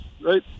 right